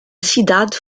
cidade